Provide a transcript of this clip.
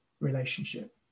relationship